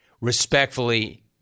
respectfully